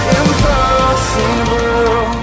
impossible